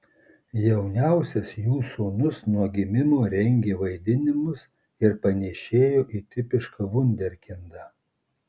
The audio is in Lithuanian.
jauniausias jų sūnus nuo gimimo rengė vaidinimus ir panėšėjo į tipišką vunderkindą